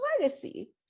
legacy